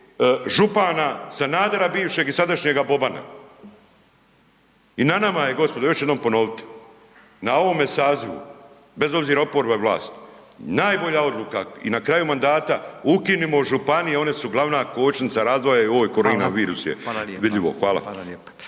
župana Sanadera bivšeg i sadašnjega Bobana. I na nama je gospodo, još jednom ću ponovit, na ovome sazivu, bez obzira oporba ili vlast, najbolja odluka i na kraju mandata ukinimo županije one su glavna kočnica razvoja i ovaj korona virus je …/Upadica: Hvala